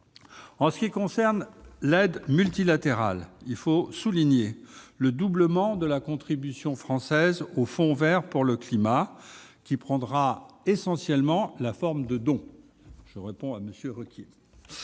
En ce qui concerne l'aide multilatérale, il faut souligner le doublement de la contribution française au Fonds vert pour le climat qui prendra essentiellement la forme de dons. Voilà qui